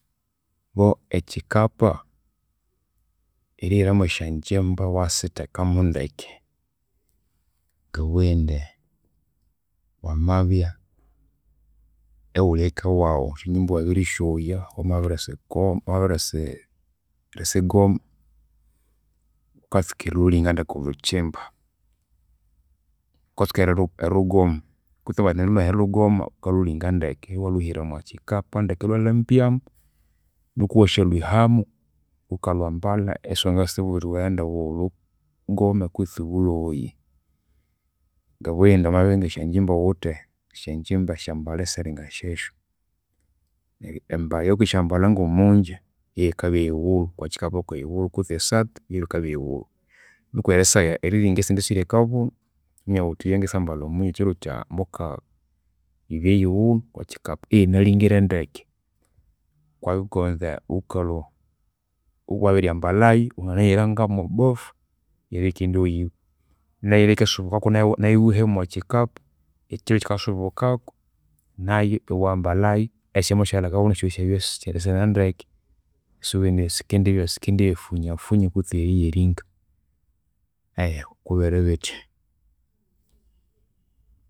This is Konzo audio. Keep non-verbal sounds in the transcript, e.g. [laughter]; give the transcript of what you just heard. [hesitation] Ekyikapa erihiramu esyanjimba iwasithekamu ndeke, ngabughe indi wamabya ighuli eka waghu esyanjimba iwabirisyoya wamabirisigoma wamabirisi erisigoma, ghukatsuka erilulinga ndeke olhukyimba. Ghukatsuka eri- erilhugoma kutse wamaghana erilhugoma, ghukalhuhira omwakyikapa ndeke ilhwalhambyamu nuku iwasyalhwihamu ghukalhwambalha isiwangabugha ghuthi ghughende ghulhugome kwitsi ghulhwoghaye. Ngabughe indi wamabya ngesyanjimba ighuwithe esyanjimba ngesyambali esiri ngasyesyu. Neryo embali eyaghukisyambalha ngomunja yeyikabya eyighulhu, omwakyikapa kweyighulhu, kwihi esati yeyikabya okwakyikapa kweyighulhu. Nuku erisagha eriringa esindi esiri akabunu waminya ghuthi eyi yangindisambalha omunja kyiro kyamukagha. Yibye eyighulhu okwakyikapa iyinalingire ndeke. Ghukabya ghukaghunza ghukalhwa wabiryambalhayu, wanginahirayu ngomwabafu nayu iyabya iyikindyoghibwa. Neyikasubkaku nayu iwihayu omwakyikapa ekyiro ekyikasubukaku nayu iwambalhayu esyamasighalha ekabunu esyosi isyabya isinendeke. Sibugha indi sikendiyifunyafunya kwitsi eriyiringa, [hesitation] kubiri bithya.